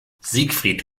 siegfried